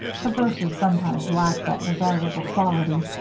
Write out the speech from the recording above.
her verses sometimes lacked that desirable quality,